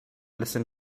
listen